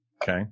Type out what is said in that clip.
Okay